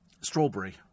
strawberry